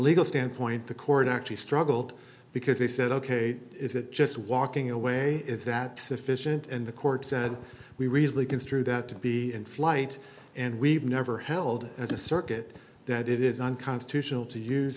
legal standpoint the court actually struggled because they said ok is it just walking away is that sufficient and the court said we really construe that to be in flight and we've never held at a circuit that it is unconstitutional to use